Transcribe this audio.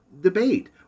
debate